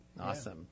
Awesome